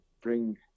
bring